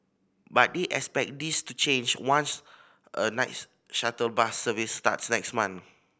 but they expect this to change once a nights shuttle bus service starts next month